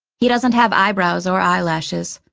he doesn't have eyebrows or eyelashes.